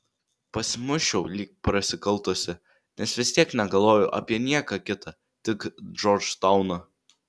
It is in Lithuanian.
pasimuisčiau lyg prasikaltusi nes vis tiek negalvojau apie nieką kitą tik džordžtauną